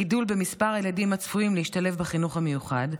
אם בגידול במספר הילדים הצפויים להשתלב בחינוך המיוחד,